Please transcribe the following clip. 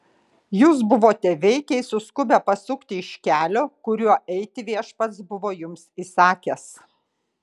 jūs buvote veikiai suskubę pasukti iš kelio kuriuo eiti viešpats buvo jums įsakęs